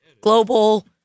global